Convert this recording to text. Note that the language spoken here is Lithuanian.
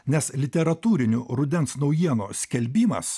nes literatūrinių rudens naujienų skelbimas